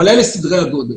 אלה סדרי הגודל.